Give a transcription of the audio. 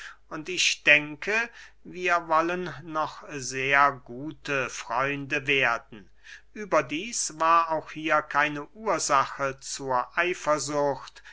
und ich denke wir wollen noch sehr gute freunde werden überdieß war auch hier keine ursache zur eifersucht